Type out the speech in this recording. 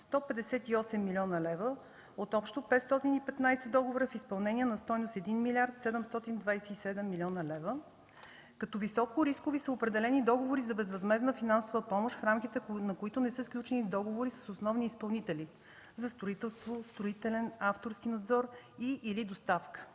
158 млн. лв. от общо 515 договора с изпълнение на стойност 1 млрд. 727 млн. лв. Като високорискови са определени договори за безвъзмездна финансова помощ в рамките, на които не са сключени договори с основни изпълнители – за строителство, строителен авторски надзор и/или доставка